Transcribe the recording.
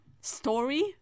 story